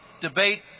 debate